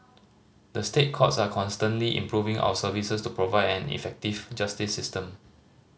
the State Courts are constantly improving our services to provide an effective justice system